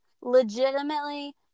legitimately